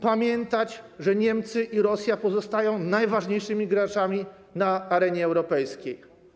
Pamiętać, że Niemcy i Rosja pozostają najważniejszymi graczami na arenie europejskiej.